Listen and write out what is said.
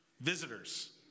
visitors